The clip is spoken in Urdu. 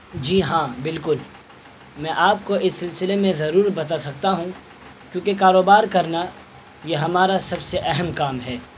جی ہاں بالکل میں آپ کو اس سلسلے میں ضرور بتا سکتا ہوں کیوںکہ کاروبار کرنا یہ ہمارا سب سے اہم کام ہے